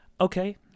Okay